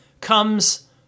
comes